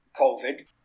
COVID